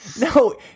No